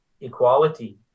equality